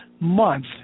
month